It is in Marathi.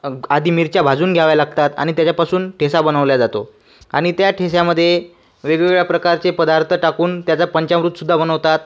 आधी मिरच्या भाजून घ्याव्या लागतात आणि त्याच्यापासून ठेसा बनवला जातो आणि त्या ठेस्यामध्ये वेगवेगळ्या प्रकारचे पदार्थ टाकून त्याचे पंचामृतसुद्धा बनवतात